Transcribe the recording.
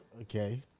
okay